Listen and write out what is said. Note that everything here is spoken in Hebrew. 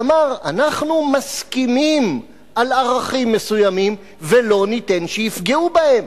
שאמר: אנחנו מסכימים על ערכים מסוימים ולא ניתן שיפגעו בהם,